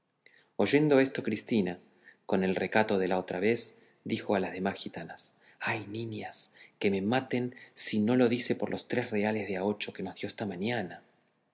oyendo esto cristina con el recato de la otra vez dijo a las demás gitanas ay niñas que me maten si no lo dice por los tres reales de a ocho que nos dio esta mañana